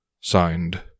Signed